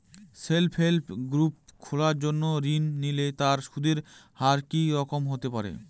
Self help group খোলার জন্য ঋণ নিলে তার সুদের হার কি রকম হতে পারে?